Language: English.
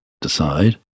decide